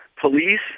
police